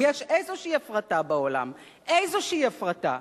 אם יש איזושהי הפרטה בעולם, איזושהי הפרטה,